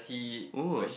oh